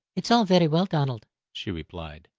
it's all ferry well, donald, she replied,